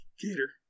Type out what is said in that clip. gator